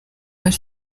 ari